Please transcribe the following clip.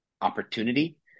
opportunity